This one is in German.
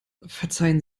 verzeihen